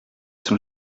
son